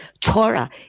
Torah